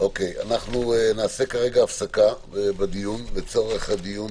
אנחנו נעשה כרגע הפסקה בדיון, לצורך הדיון